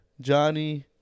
Johnny